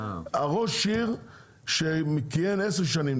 ראש עיר שכיהן עשר שנים,